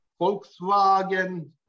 Volkswagen